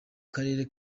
karere